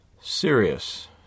Serious